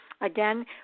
Again